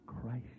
Christ